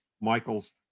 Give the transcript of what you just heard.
Michael's